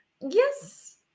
Yes